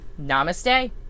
Namaste